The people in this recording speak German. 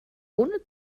ohne